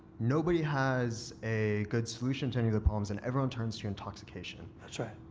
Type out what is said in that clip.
nobody has a good solution to any of the problems, and everyone turns to intoxication. that's right.